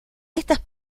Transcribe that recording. estas